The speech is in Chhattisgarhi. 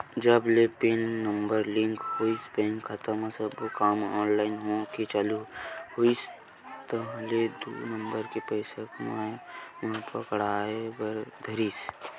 जब ले पेन नंबर लिंक होइस बेंक खाता म सब्बो काम ऑनलाइन होय के चालू होइस ताहले दू नंबर के पइसा कमइया मन पकड़ाय बर धरिस